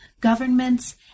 governments